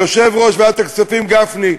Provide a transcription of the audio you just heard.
ליושב-ראש ועדת הכספים גפני,